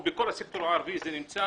או בכל הסקטור הערבי זה נמצא.